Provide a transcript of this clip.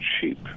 cheap